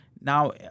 Now